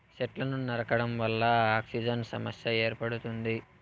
సెట్లను నరకడం వల్ల ఆక్సిజన్ సమస్య ఏర్పడుతుంది